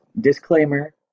Disclaimer